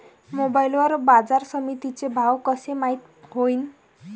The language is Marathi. मोबाईल वर बाजारसमिती चे भाव कशे माईत होईन?